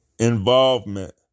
Involvement